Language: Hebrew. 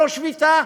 לא שביתה,